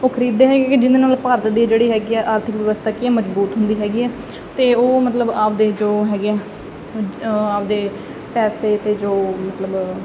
ਉਹ ਖਰੀਦਦੇ ਹੈਗੇ ਐ ਜਿਹਦੇ ਨਾਲ ਕੀ ਐ ਭਾਰਤ ਦੀ ਜਿਹੜੀ ਹੈਗੀ ਐ ਉਹ ਆਰਥਿਕ ਵਿਵਸਥਾ ਹੈ ਕੀ ਐ ਮਜਬੂਤ ਹੁੰਦੀ ਹੈਗੀ ਤੇ ਉਹ ਮਤਲਬ ਆਪਦੇ ਜੋ ਹੈਗੇ ਆਪਦੇ ਪੈਸੇ ਤੇ ਜੋ ਮਤਲਬ